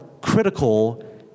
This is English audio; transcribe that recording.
critical